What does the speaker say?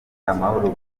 amahoro